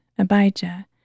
Abijah